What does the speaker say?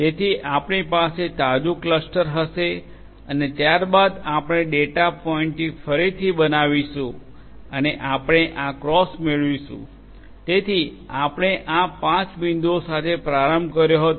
તેથી આપણી પાસે તાજું ક્લસ્ટર હશે અને ત્યારબાદ આપણે ડેટા પોઇન્ટ ફરીથી બનાવીશું અને આપણે આ ક્રોસ મેળવીશું તેથી આપણે આ પાંચ બિંદુઓ સાથે પ્રારંભ કર્યો હતો